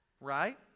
right